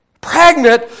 pregnant